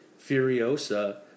Furiosa